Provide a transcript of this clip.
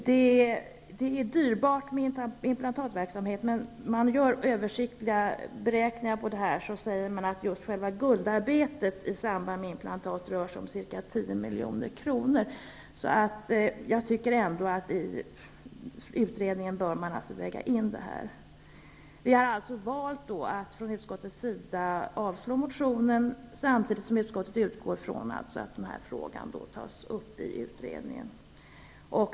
Det är dyrbart med implantatverksamhet, men översiktliga beräkningar visar att kostnaden för guldarbete i samband med implantat rör sig om ca 10 miljoner kronor. Jag tycker därför att man i utredningen bör lägga in även detta slags arbeten. Vi har alltså valt från utskottets sida att avstyrka motionen, samtidigt som utskottet utgår ifrån att frågan tas upp i utredningen.